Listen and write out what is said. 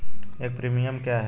एक प्रीमियम क्या है?